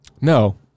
no